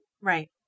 Right